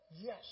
Yes